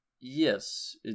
Yes